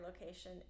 location